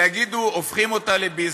שיגידו: הופכים אותה לביזנס.